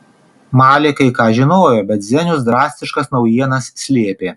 malė kai ką žinojo bet zenius drastiškas naujienas slėpė